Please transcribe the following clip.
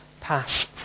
pass